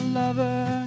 lover